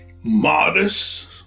modest